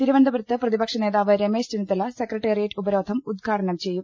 തിരുവനന്തപുരത്ത് പ്രതിപക്ഷനേതാവ് രമേശ് ചെന്നിത്തല സെക്രട്ടേറിയറ്റ് ഉപരോധം ഉദ്ഘാടനം ചെയ്യും